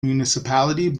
municipality